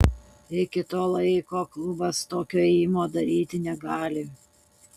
iki to laiko klubas tokio ėjimo daryti negali